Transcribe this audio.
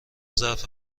ظرف